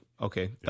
Okay